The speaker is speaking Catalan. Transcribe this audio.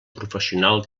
professional